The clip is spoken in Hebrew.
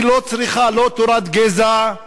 היא לא צריכה לא תורת גזע,